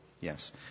Yes